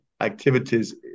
activities